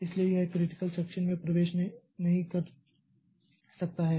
इसलिए यह critical section में प्रवेश नहीं कर सकता है